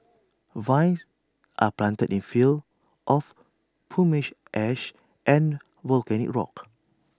vines are planted in fields of pumice ash and volcanic rock